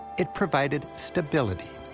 it provided stability.